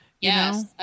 yes